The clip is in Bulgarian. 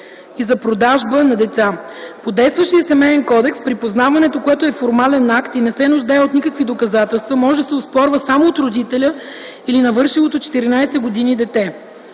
и за „продажба на деца”. По действащия Семеен кодекс припознаването, което е формален акт и не се нуждае от никакви доказателства, може да се оспорва само от родителя или навършилото 14 години дете.